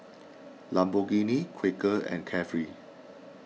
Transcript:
Lamborghini Quaker and Carefree